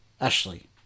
Ashley